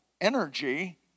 energy